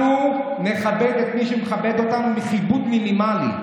אנחנו נכבד את מי שמכבד אותנו בכיבוד מינימלי.